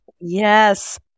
Yes